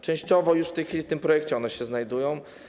Częściowo już w tej chwili w tym projekcie one się znajdują.